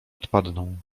odpadną